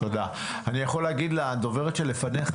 אני יכול להגיד לדוברת שלפניך,